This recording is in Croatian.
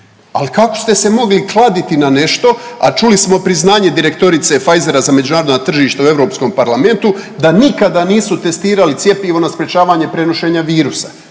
Ali kako ste se mogli kladiti na nešto, a čuli smo priznanje direktorice Pfizera za međunarodna tržišta u Europskom parlamentu da nikada nisu testirali cjepivo na sprječavanje prenošenja virusa.